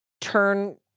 turn